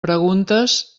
preguntes